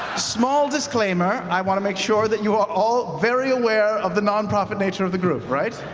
small disclaimer, i want to make sure that you are all very aware of the nonprofit nature of the group, right?